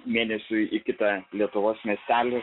mėnesiui į kitą lietuvos miestelį